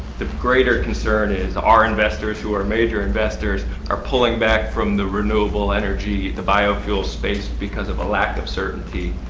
the greater concern is our investors who are major investors are pulling back from the renewable energy, the bio fuel space because of a lack of certainty.